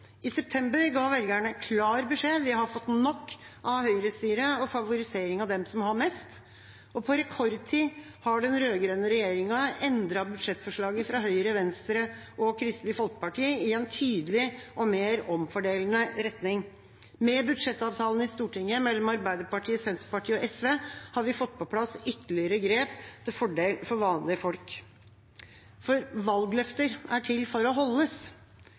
I september ga velgerne klar beskjed: Vi har fått nok av høyrestyre og favorisering av dem som har mest. På rekordtid har den rød-grønne regjeringa endret budsjettforslaget fra Høyre, Venstre og Kristelig Folkeparti i en tydelig og mer omfordelende retning. Med budsjettavtalen i Stortinget mellom Arbeiderpartiet, Senterpartiet og SV har vi fått på plass ytterligere grep til fordel for vanlige folk. Valgløfter er til for å holdes.